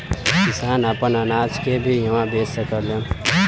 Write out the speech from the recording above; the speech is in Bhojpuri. किसान आपन अनाज के भी इहवां बेच सकेलन